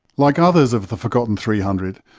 like others of the forgotten three hundred,